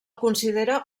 considera